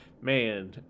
Man